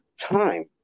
time